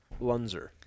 Lunzer